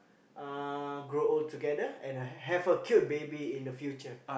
uh grow old together and have a cute baby in the future